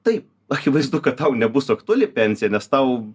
taip akivaizdu kad tau nebus aktuali pensija nes tau